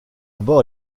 bas